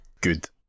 Good